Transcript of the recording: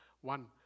One